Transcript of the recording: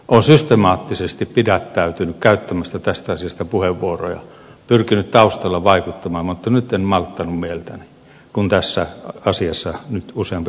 olen systemaattisesti pidättäytynyt käyttämästä tästä asiasta puheenvuoroja pyrkinyt taustalla vaikuttamaan mutta nyt en malttanut mieltäni kun tästä asiasta nyt useampi puheenvuoro käytettiin